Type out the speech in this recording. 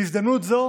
בהזדמנות זו